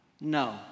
No